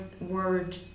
word